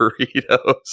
burritos